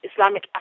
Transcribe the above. Islamic